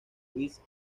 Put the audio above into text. luis